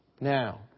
Now